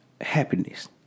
happiness